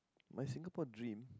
my Singapore dream